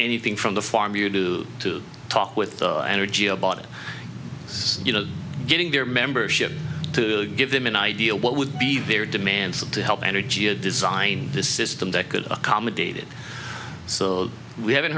anything from the farmer you do to talk with the energy about it you know getting their membership to give them an idea what would be very demands to help energy to design the system that could accommodate it so we haven't